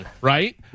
Right